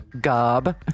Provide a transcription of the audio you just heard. Gob